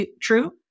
true